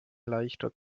leichter